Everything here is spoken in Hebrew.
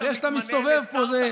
זה שאתה מסתובב פה,